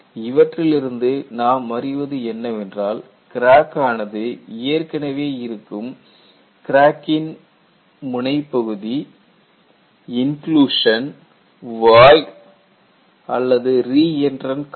இவற்றிலிருந்து நாம் அறிவது என்னவென்றால் கிராக் ஆனது ஏற்கனவே இருக்கும் கிராக்கின் முனைப்பகுதி இன்கிளுஷன் வாய்ட் அல்லது ரி என்ரென்ட் கார்னர்